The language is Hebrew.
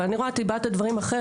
אבל אני רואה טיפה את הדברים אחרת,